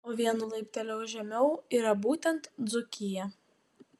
o vienu laipteliu žemiau yra būtent dzūkija